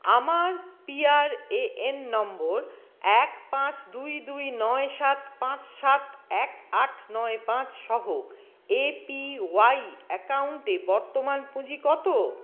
আমার PRAN number এক পাঁচ দুই দুই নয় সাত পাঁচ সাত এক আট নয় পাঁচ সহ এপিওয়াই অ্যাকাউন্টে বর্তমান পুঁজি কত